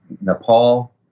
Nepal